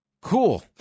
cool